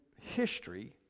history